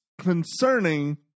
concerning